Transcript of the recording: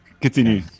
Continue